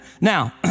Now